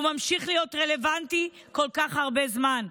ממשיך להיות רלוונטי כל כך הרבה זמן.